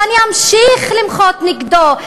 ואני אמשיך למחות נגדם,